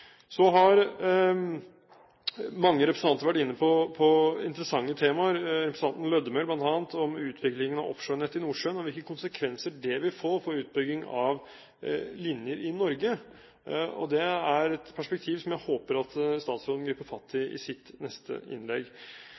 Så har mange representanter vært inne på interessante temaer, representanten Lødemel, bl.a., om utviklingen av offshorenettet i Nordsjøen og hvilke konsekvenser det vil få for utbygging av linjer i Norge. Det er et perspektiv jeg håper at statsråden griper fatt i i sitt neste innlegg.